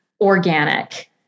organic